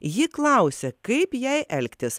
ji klausia kaip jai elgtis